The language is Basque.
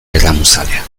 erramuzalea